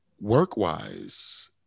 Work-wise